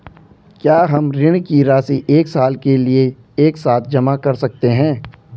क्या हम ऋण की राशि एक साल के लिए एक साथ जमा कर सकते हैं?